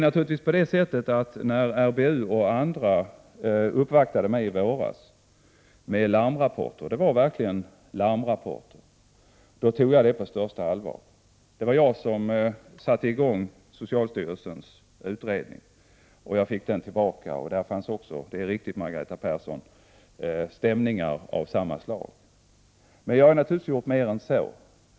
När RBU och andra uppvaktade mig i våras med larmrapporter — och de var verkligen larmrapporter — tog jag detta på största allvar. Det var jag som satte i gång socialstyrelsens utredning, och jag fick den tillbaka. Det är riktigt, Margareta Persson, att där fanns stämningar av samma slag. Men jag har naturligtvis gjort mer än så.